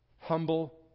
humble